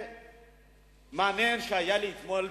בהדרגה,